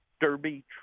derby